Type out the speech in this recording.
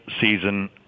season